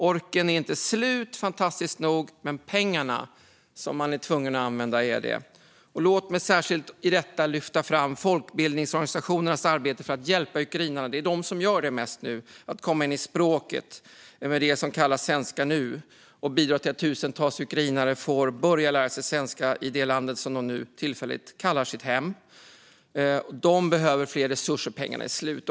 Orken är inte slut, fantastiskt nog, men pengarna som man är tvungen att använda är det. Låt mig särskilt lyfta fram folkbildningsorganisationernas arbete för att hjälpa ukrainarna - det är mest de som gör det just nu - att komma in i språket med hjälp av det som kallas Svenska nu. De bidrar till att tusentals ukrainare får börja lära sig svenska i det land de nu tillfälligt kallar sitt hem, och de behöver mer resurser eftersom pengarna är slut.